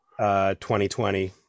2020